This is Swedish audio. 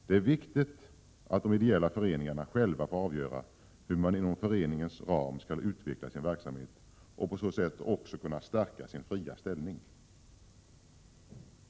Det är viktigt att de ideella föreningarna själva får avgöra hur man inom föreningens ram skall utveckla sin verksamhet och på det sättet kunna stärka sin fria ställning.